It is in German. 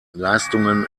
leistungen